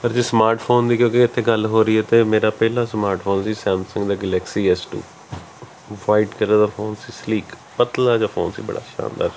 ਪਰ ਜੇ smart phone ਦੀ ਕਿਉਂਕਿ ਇੱਥੇ ਗੱਲ ਹੋ ਰਹੀ ਹੈ ਅਤੇ ਮੇਰਾ ਪਹਿਲਾ ਸਮਾਰਟ ਫੋਨ ਸੀ ਸੈਮਸੰਗ ਦਾ Galaxy S two white colour ਦਾ ਫੋਨ ਸੀ ਸਲਿਕ ਪਤਲਾ ਜਿਹਾ ਫੋਨ ਸੀ ਬੜਾ ਸ਼ਾਨਦਾਰ